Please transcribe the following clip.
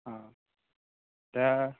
अ दा